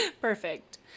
Perfect